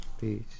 Peace